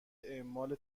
اعمال